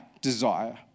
desire